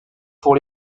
pour